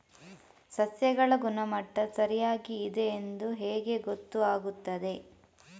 ಸಸ್ಯಗಳ ಗುಣಮಟ್ಟ ಸರಿಯಾಗಿ ಇದೆ ಎಂದು ಹೇಗೆ ಗೊತ್ತು ಆಗುತ್ತದೆ?